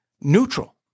neutral